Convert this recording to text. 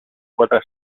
quatre